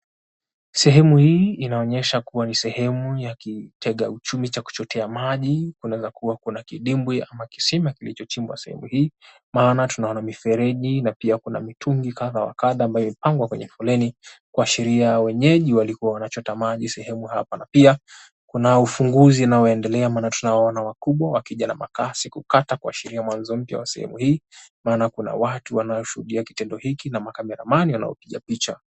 Sehemu hii inaonyesha kuwa ni sehemu ya kitega uchumi cha kuchotea maji. Kunaweza kuwa kuna kidimbwi ama kisima kilichochimbwa sehemu hii. Maana tunaona mifereji na pia kuna mitungi kadha wa kadha ambayo imepangwa kwenye foleni kuashiria wenyeji walikuwa wanachota maji sehemu hapa. Na pia kuna ufunguzi unaoendelea maana tunawaona wakubwa wakija na makasi kukata kuashiria mwanzo mpya wa sehemu hii. Maana kuna watu wanaoshuhudia kitendo hiki na makameramani wanaopiga picha.